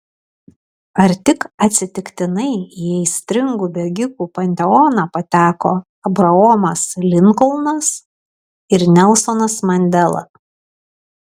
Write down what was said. ar tik atsitiktinai į aistringų bėgikų panteoną pateko abraomas linkolnas ir nelsonas mandela